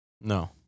No